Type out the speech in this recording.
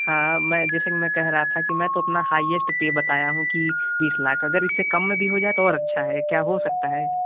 हाँ मैं जैसे मैं कह रहा था कि मैं तो अपना हाईएस्ट पे बताया हूँ कि बीस लाख अगर इससे कम में भी हो जाए तो और अच्छा है क्या हो सकता है